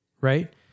Right